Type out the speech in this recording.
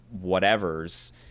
whatever's